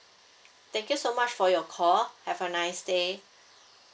thank you so much for your call have a nice day